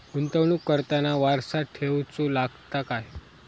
गुंतवणूक करताना वारसा ठेवचो लागता काय?